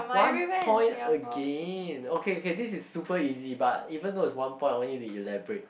one point again okay okay this is super easy but even though is one point I want you to elaborate